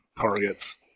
targets